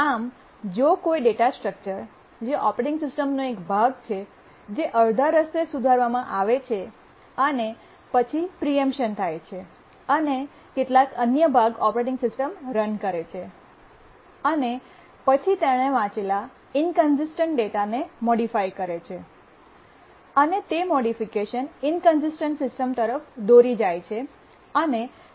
આમ જો કોઈ ડેટા સ્ટ્રક્ચર જે ઓપરેટિંગ સિસ્ટમનો એક ભાગ છે જે અડધા રસ્તે સુધારવામાં આવે છે અને પછી પ્રીએમ્પશન થાય છે અને કેટલાક અન્ય ભાગ ઓપરેટિંગ સિસ્ટમ રન કરે છે અને પછી તેણે વાંચેલા ઇન્કન્સિસ્ટન્ટ ડેટાને મોડીફાઇ કરે છે અને તે મૉડિફિકેશન ઇન્કન્સિસ્ટન્ટ્ સિસ્ટમ તરફ દોરી જાય છે અને સિસ્ટમને ક્રેશ કરી શકે છે